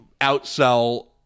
outsell